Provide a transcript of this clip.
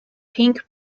pink